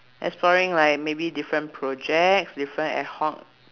exploring like maybe different projects different ad hoc